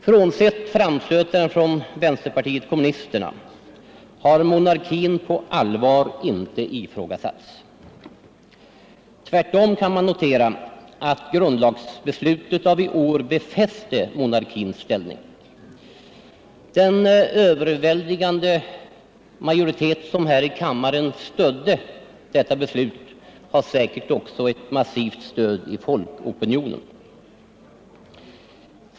Frånsett framstötarna från vänsterpartiet kommunisterna har monarkin inte på allvar ifrågasatts. Tvärtom kan det noteras att grundlagsbeslutet av i år befäste monarkins ställning. Den överväldigande majoritet som här i kammaren stödde detta beslut har säkert också ett massivt stöd i folkopinionen.